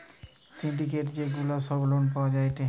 syndicate যে গুলা সব লোন পাওয়া যায়টে